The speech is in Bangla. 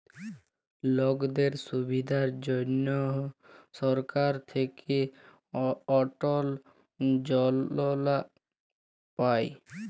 লকদের সুবিধার জনহ সরকার থাক্যে অটল যজলা পায়